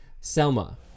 Selma